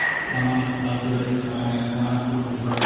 समान खाता से ऋण खाता मैं कोना किस्त भैर?